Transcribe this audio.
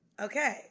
Okay